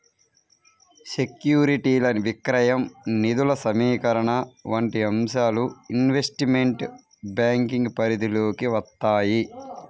సెక్యూరిటీల విక్రయం, నిధుల సమీకరణ వంటి అంశాలు ఇన్వెస్ట్మెంట్ బ్యాంకింగ్ పరిధిలోకి వత్తాయి